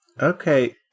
Okay